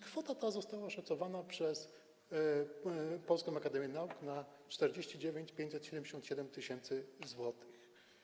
Kwota ta została oszacowana przez Polską Akademię Nauk na 49 577 tys. zł.